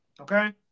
Okay